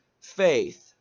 faith